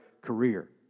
career